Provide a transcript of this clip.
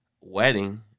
wedding